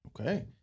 okay